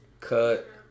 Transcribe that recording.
cut